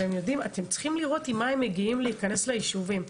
אתם צריכים לראות עם מה הם מגיעים להיכנס ליישובים,